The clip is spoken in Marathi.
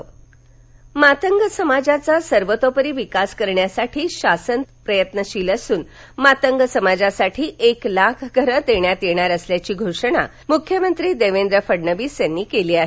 अण्णाभाऊ साठे मख्यमंत्री मातंग समाजाचा सर्वतोपरी विकास करण्यासाठी शासन प्रयत्नशील असून मातंग समाजासाठी एक लाख घरे देण्यात येणार असल्याची घोषणा मुख्यमंत्री देवेंद्र फडणवीस यांनी केली आहे